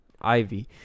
Ivy